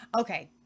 Okay